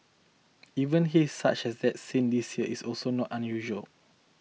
even haze such as that seen this year is also not unusual